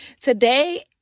Today